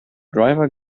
driver